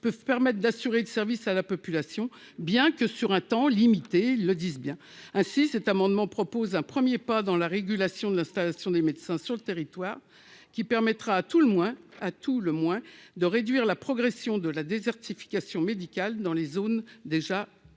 peuvent permettre d'assurer le service à la population, bien que sur un temps limité. Ainsi, avec cet amendement, nous proposons un premier pas vers la régulation de l'installation des médecins sur le territoire, qui permettra, à tout le moins, de réduire la progression de la désertification médicale dans les zones déjà sous-dotées.